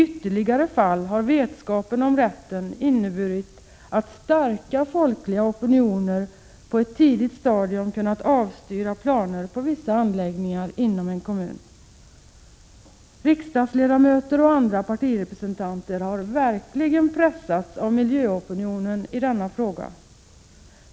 1986/87:36 = har vetskapen om rätten inneburit att starka folkliga opinioner på ett tidigt 26 november 1986 stadium har kunnat avstyra planer på vissa anläggningar inom en kommun. Riksdagsledamöter och andra partirepresentanter har verkligen pressats av Enlag om hushållnin, SES i a é TRE & miljöopinionen i denna fråga.